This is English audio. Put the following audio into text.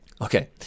okay